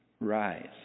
Rise